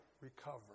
recover